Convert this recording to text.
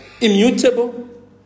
immutable